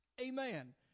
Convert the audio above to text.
Amen